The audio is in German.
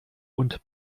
und